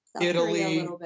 Italy